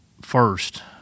first